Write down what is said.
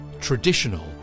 traditional